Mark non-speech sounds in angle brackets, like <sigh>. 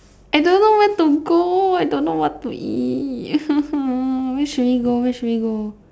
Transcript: I don't know where to go I don't know what to eat <noise> where should we go where should we go